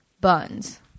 buns